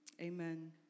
Amen